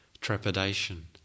trepidation